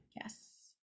Yes